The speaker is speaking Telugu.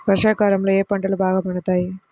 వర్షాకాలంలో ఏ పంటలు బాగా పండుతాయి?